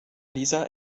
lisa